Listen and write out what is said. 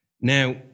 Now